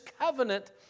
covenant